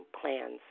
plans